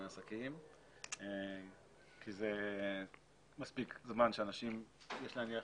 עסקים כי זה מספיק זמן לאנשים שיש להניח